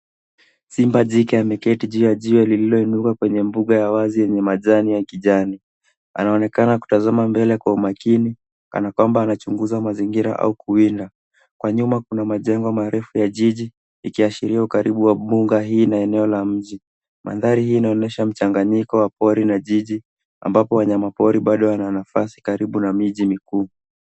Simba jike ameketi juu ya jiwe lililo inuka kwenye mbuga ya wazi yenye majani ya kijani. Anaonekana kutazama mbele kwa umakini kanakwamba anachunguza mazingira au kuwinda. Kwa nyuma kuna majengo marefu ya jiji ikiashiria ukaribu wa mbuga hii na eneo la mji. Mandhari hii inaonesha mchanganyiko wa pori na jiji ambapo wanyama pori bado wana nafasi karibu na miji mikuu.